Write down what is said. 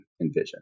envision